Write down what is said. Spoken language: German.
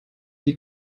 die